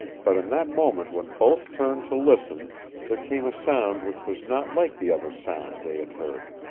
but in that moment when both turned to listen there came a sound which was not like the other sounds they had heard.